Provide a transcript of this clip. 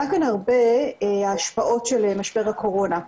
עלה כאן הרבה ההשפעות של משבר הקורונה.